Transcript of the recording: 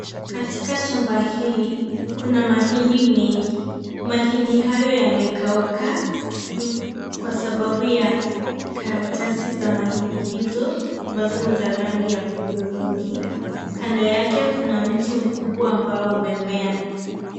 Katika shamba hili kuna mahindi mengi. Mahindi hayo yamekauka kwa sababu ya karatasi za mahindi hizo ambazo ni za rangi ya udhurungi. Kando yake kuna mti mkubwa ambao umemea.